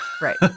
right